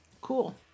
Cool